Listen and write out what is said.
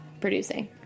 producing